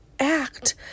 act